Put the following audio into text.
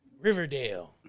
Riverdale